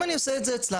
אם אני עושה את זה אצלם,